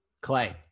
Clay